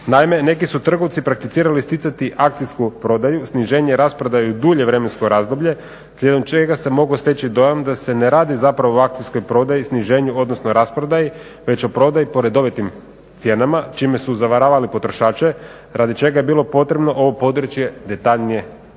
Naime, neki su trgovci prakticirali isticati akcijsku prodaju, sniženje i rasprodaju dulje vremensko razdoblje slijedom čega se mogao steći dojam da se ne radi zapravo o akcijskoj prodaji, sniženju, odnosno rasprodaji već o prodaji po redovitim cijenama čime su zavaravali potrošače radi čega je bilo potrebno ovo područje detaljnije i urediti.